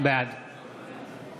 בעד